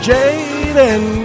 Jaden